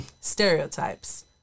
Stereotypes